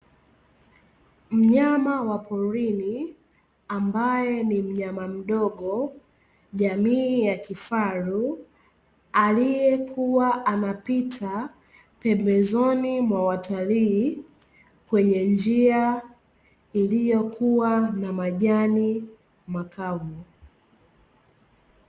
Mnyama wa porini, ambaye ni mnyama mdogo jamii ya kifaru, aliyekuwa anapita pembezoni mwa watalii kwenye njia iliyokuwa na majani makavu.